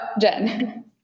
Jen